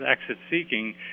exit-seeking